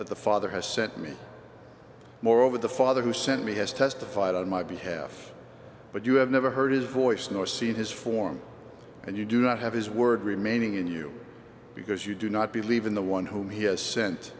that the father has sent me moreover the father who sent me has testified on my behalf but you have never heard his voice nor seen his form and you do not have his word remaining in you because you do not believe in the one whom he has sent